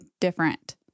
different